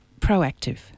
proactive